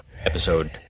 episode